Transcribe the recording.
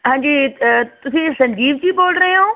ਹਾਂਜੀ ਅ ਤੁਸੀਂ ਸੰਜੀਵ ਜੀ ਬੋਲ ਰਹੇ ਹੋ